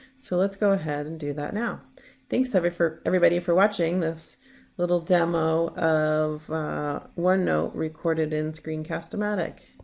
so let's go ahead and do that now thanks every for everybody for watching this little demo of onenote recorded in screencast-o-matic.